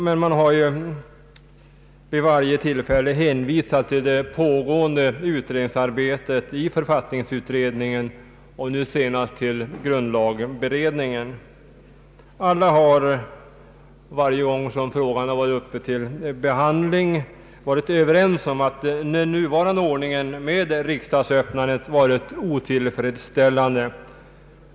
Men man har vid varje tillfälle hänvisat till det pågående arbetet i författningsutredningen och nu senast till grundlagberedningen. Alla har, varje gång som frågan varit uppe till behandling, varit överens om att den nuvarande ordningen med riksdagsöppnandet är otillfredsställande.